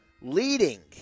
Leading